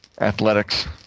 athletics